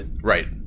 right